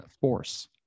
force